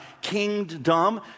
kingdom